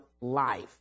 life